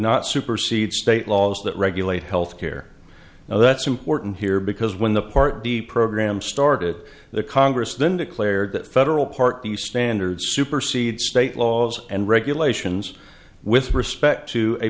not supersede state laws that regulate health care now that's important here because when the part d program started the congress then declared that federal part the standard supersedes state laws and regulations with respect to a